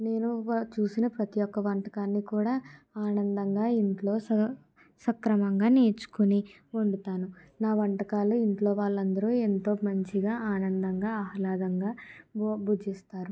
నేను వ చూసిన ప్రతీ ఒక వంటకాన్ని కూడా ఆనందంగా ఇంట్లో సక్ సక్రమంగా నేర్చుకుని వండుతాను నా వంటకాలు ఇంట్లో వాళ్ళందరూ ఎంతో మంచిగా ఆనందంగా ఆహ్లాదంగా ఓ భుజిస్తారు